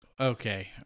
Okay